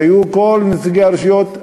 והיו כל נציגי הרשויות,